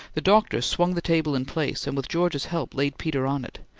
the doctor swung the table in place, and with george's help laid peter on it,